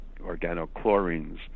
organochlorines